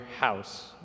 house